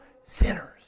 sinners